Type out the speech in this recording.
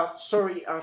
sorry